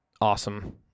awesome